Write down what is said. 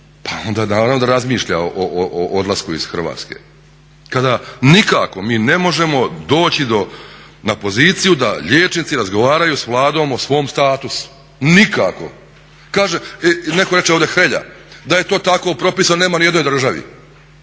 da razmišlja o odlasku iz Hrvatske. Kada nikako mi ne možemo doći na poziciju da liječnici razgovaraju s Vladom o svom statusu. Nikako. Kaže, netko reče ovdje, Hrelja, da je to tako propisano, nema ni u jednoj državi,